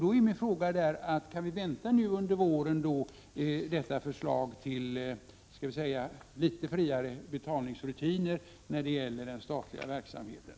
Då blir min fråga: Kan vi räkna med att regeringen under våren kommer att lägga fram ett förslag om litet friare betalningsrutiner när det gäller den statliga verksamheten?